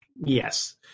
Yes